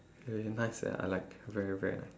eh nice sia I like very very